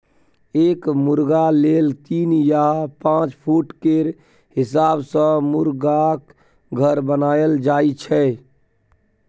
एक मुरगा लेल तीन या पाँच फुट केर हिसाब सँ मुरगाक घर बनाएल जाइ छै